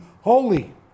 holy